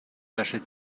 lasche